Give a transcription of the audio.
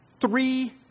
three